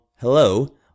Hello